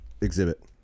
exhibit